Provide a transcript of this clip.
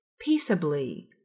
Peaceably